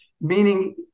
meaning